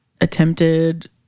attempted